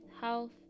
health